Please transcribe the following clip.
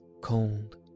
cold